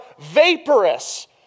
vaporous